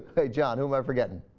page on whoever getting